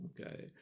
Okay